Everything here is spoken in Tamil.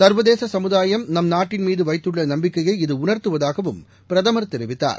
ச்வதேச சமுதாயம் நம் நாட்டின் மீது வைத்துள்ள நம்பிக்கையை இது உணா்த்துவதாகவும் பிரதமா் தெரிவித்தார்